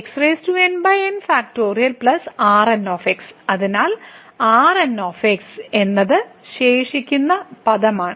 ഒപ്പം അതിനാൽ Rn എന്നത് ശേഷിക്കുന്ന പദമാണ്